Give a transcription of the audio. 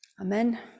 Amen